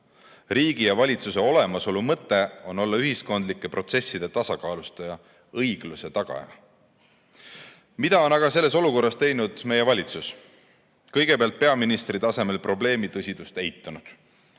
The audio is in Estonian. Riigi ja valitsuse olemasolu mõte on olla ühiskondlike protsesside tasakaalustaja, õigluse tagaja. Mida on aga selles olukorras teinud meie valitsus? Kõigepealt on peaministri tasemel probleemi tõsidust eitatud.